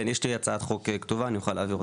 כן, יש לי הצעת חוק כתובה, אני אוכל להעביר.